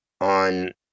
on